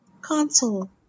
Console